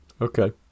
okay